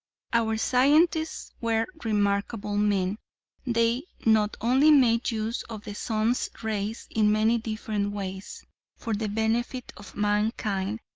our scientists were remarkable men they not only made use of the sun's rays in many different ways for the benefit of mankind,